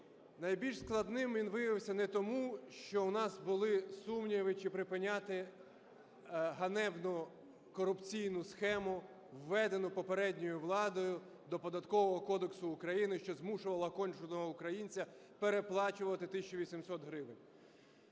Найбільш складним він виявився не тому, що у нас були сумніви, чи припиняти ганебну корупційну схему, введену попередньою владою до Податкового кодексу України, що змушувало кожного українця переплачувати тисячу 800 гривень,